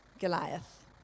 Goliath